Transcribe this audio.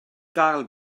gael